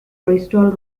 bristol